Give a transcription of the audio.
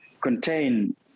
contain